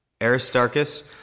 Aristarchus